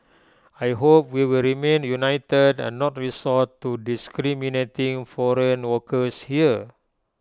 I hope we will remain united and not resort to discriminating foreign workers here